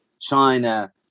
China